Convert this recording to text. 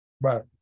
Right